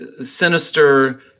sinister